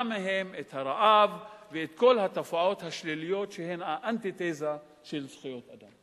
מהם את הרעב ואת כל התופעות השליליות שהן האנטיתזה של זכויות אדם.